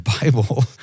Bible